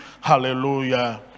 Hallelujah